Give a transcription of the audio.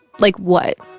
like, what?